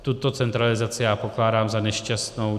Tuto centralizaci pokládám za nešťastnou.